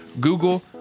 Google